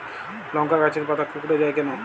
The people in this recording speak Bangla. লংকা গাছের পাতা কুকড়ে যায় কেনো?